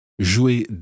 Jouer